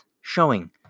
showing